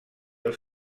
els